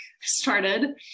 started